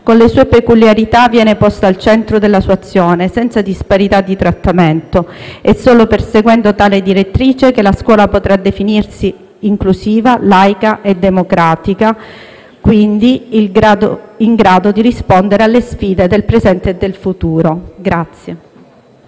con le sue peculiarità, viene posta al centro della sua azione, senza disparità di trattamento. È solo perseguendo tale direttrice che la scuola potrà definirsi inclusiva, laica e democratica e, quindi, in grado di rispondere alle sfide del presente e del futuro.